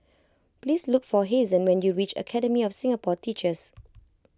please look for Hazen when you reach Academy of Singapore Teachers